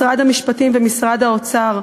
משרד המשפטים ומשרד האוצר.